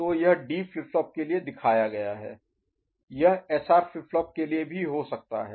तो यह D flip flop के लिए दिखाया गया है यह एसआर फ्लिप फ्लॉप के लिए भी हो सकता है